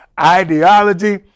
ideology